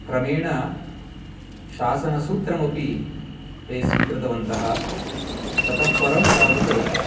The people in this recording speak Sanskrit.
क्रमेण शासनसूत्रमपि ते स्वीकृतवन्तः ततःपरं तावत्